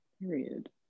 period